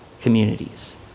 communities